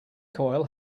coil